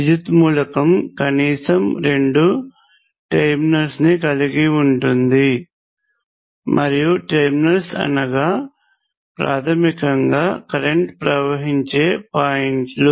విద్యుత్ మూలకం కనీసం రెండు టెర్మినల్స్ ని కలిగి ఉంటుంది మరియు టెర్మినల్స్ అనగా ప్రాథమికంగా కరెంట్ ప్రవహించే పాయింట్లు